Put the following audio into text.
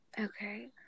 okay